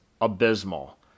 abysmal